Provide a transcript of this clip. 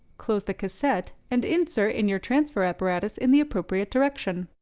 close the cassette and insert in your transfer apparatus in the appropriate direction.